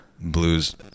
blues